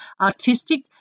artistic